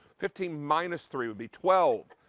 fifteen minus three, will be twelve.